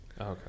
Okay